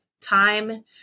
time